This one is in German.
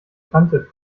bekannte